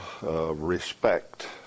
respect